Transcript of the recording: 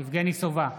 יבגני סובה,